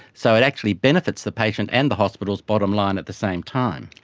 so it actually benefits the patient and the hospital's bottom line at the same time.